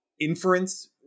inference